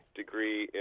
degree